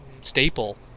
staple